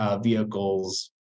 vehicles